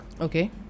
Okay